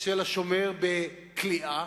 של השומר בכליאה?